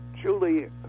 Julie